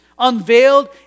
unveiled